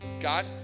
god